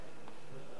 תודה רבה.